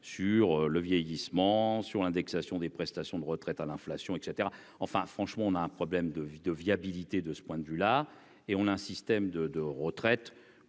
sur le vieillissement sur l'indexation des prestations de retraite à l'inflation, et cetera, enfin, franchement, on a un problème de vue de viabilité de ce point de vue là et on a un système de retraite